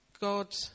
God